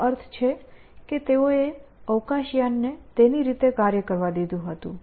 તેનો અર્થ છે કે તેઓએ અવકાશયાન ને તેની રીતે કાર્ય કરવા દીધું હતું